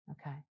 Okay